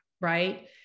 right